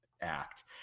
Act